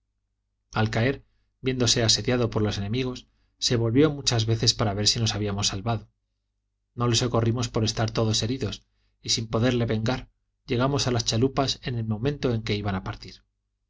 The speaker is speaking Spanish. al caer viéndose asediado por los enemigos se volvió muchas veces para ver si nos habíamos salvado no le socorrimos por estar todos heridos y sin poderle vengar llegamos a las chalupas en el momento en que iban a partir